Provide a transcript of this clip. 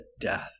death